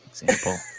example